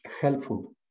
helpful